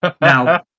Now